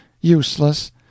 useless